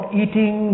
eating